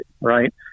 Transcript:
right